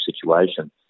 situation